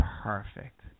Perfect